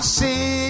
see